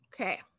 Okay